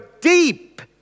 deep